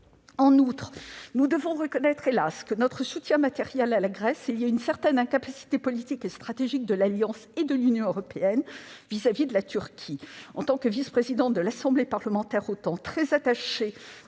En outre, nous devons reconnaître- hélas ! -que notre soutien matériel à la Grèce est lié à une incapacité politique et stratégique de l'Alliance et de l'Union européenne vis-à-vis de la Turquie. En tant que vice-présidente de l'Assemblée parlementaire de l'OTAN, très attachée